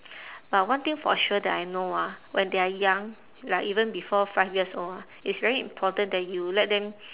but one thing for sure that I know ah when they are young like even before five years old ah it's very important that you let them